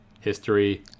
history